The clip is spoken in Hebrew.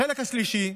החלק השלישי,